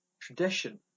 tradition